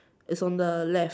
it's on the left